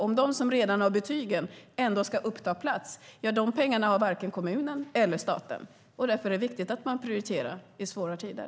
Om de som redan har betygen ska uppta platser har varken kommunen eller staten de pengarna. Därför är det viktigt att prioritera i svåra tider.